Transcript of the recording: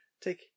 Take